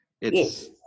Yes